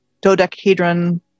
dodecahedron